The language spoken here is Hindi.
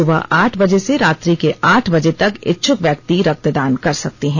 सुबह आठ बजे से रात्रि के आठ बजे तक इच्छुक व्यक्ति रक्तदान कर सकते हैं